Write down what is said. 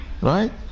Right